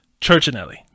Churchinelli